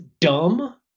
dumb